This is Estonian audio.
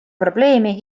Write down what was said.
probleemi